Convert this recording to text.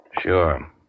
Sure